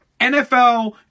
NFL